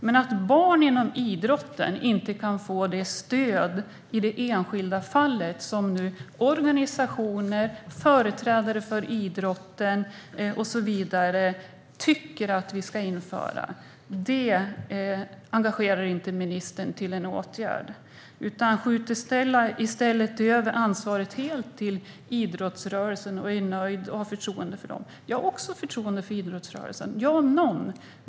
Men att barn inom idrotten inte kan få det stöd i det enskilda fallet som organisationer, företrädare för idrotten och så vidare tycker att vi ska införa engagerar inte ministern till att vidta en åtgärd. Han skjuter i stället över hela ansvaret på idrottsrörelsen, är nöjd och har förtroende för den. Jag har också förtroende för idrottsrörelsen, jag om någon.